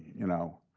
you know,